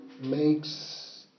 makes